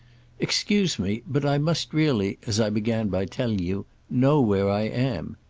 excuse me, but i must really as i began by telling you know where i am.